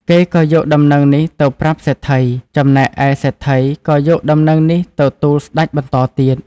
គេក៏យកដំណឹងនេះទៅប្រាប់សេដ្ឋី ចំណែកឯសេដ្ឋីក៏យកដំណឹងនេះទៅទូលស្តេចបន្តទៀត។